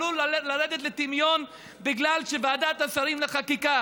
עלול לרדת לטמיון בגלל שוועדת השרים לחקיקה